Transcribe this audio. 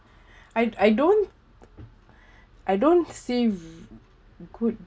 I I don't I don't see good